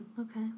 Okay